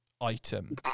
item